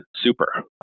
Super